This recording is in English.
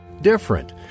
different